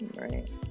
right